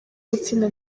gutsinda